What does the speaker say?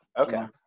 okay